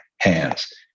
hands